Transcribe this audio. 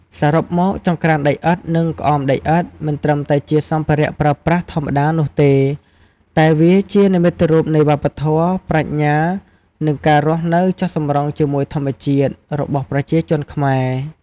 សរុបមក ចង្ក្រានដីឥដ្ឋ និងក្អមដីឥដ្ឋ មិនត្រឹមតែជាសម្ភារៈប្រើប្រាស់ធម្មតានោះទេ តែវាជា និមិត្តរូបនៃវប្បធម៌ ប្រាជ្ញា និងការរស់នៅចុះសម្រុងជាមួយធម្មជាតិ របស់ប្រជាជនខ្មែរ។